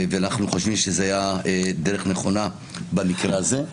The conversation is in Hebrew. אנחנו חושבים שזו הייתה דרך נכונה במקרה הזה.